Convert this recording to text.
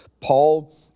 Paul